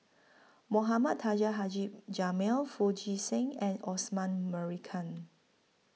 Mohamed Taha Haji Jamil Foo Chee San and Osman Merican